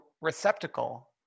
receptacle